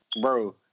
bro